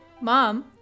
Mom